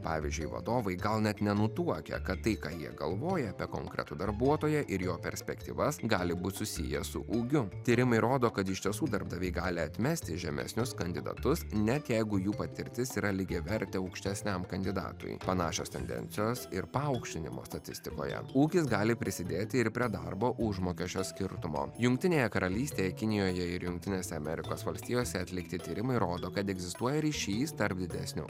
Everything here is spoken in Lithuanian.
pavyzdžiui vadovai gal net nenutuokia kad tai ką jie galvoja apie konkretų darbuotoją ir jo perspektyvas gali būt susiję su ūgiu tyrimai rodo kad iš tiesų darbdaviai gali atmesti žemesnius kandidatus net jeigu jų patirtis yra lygiavertė aukštesniam kandidatui panašios tendencijos ir paaukštinimo statistikoje ūgis gali prisidėti ir prie darbo užmokesčio skirtumo jungtinėje karalystėje kinijoje ir jungtinėse amerikos valstijose atlikti tyrimai rodo kad egzistuoja ryšys tarp didesnio